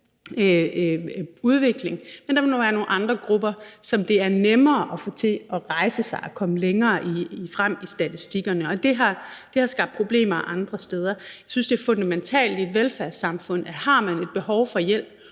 udvikling, men der vil være nogle andre grupper, som det er nemmere at få til at rejse sig og komme længere frem i statistikkerne. Det har skabt problemer andre steder. Jeg synes, det er fundamentalt i et velfærdssamfund, at har man et behov for hjælp,